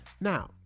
Now